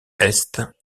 est